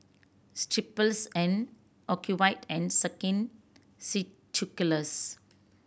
Strepsils and Ocuvite and Skin Ceuticals